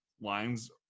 lines